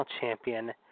champion